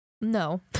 no